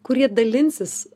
kurie dalinsis